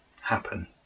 happen